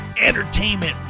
entertainment